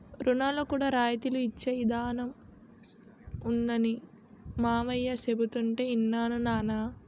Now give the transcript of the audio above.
రుణాల్లో కూడా రాయితీలు ఇచ్చే ఇదానం ఉందనీ మావయ్య చెబుతుంటే యిన్నాను నాన్నా